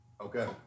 Okay